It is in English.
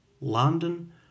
London